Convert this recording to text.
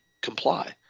comply